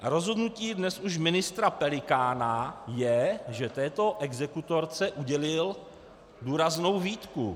Rozhodnutí dnes už ministra Pelikána je, že této exekutorce udělil důraznou výtku.